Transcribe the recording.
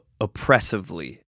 oppressively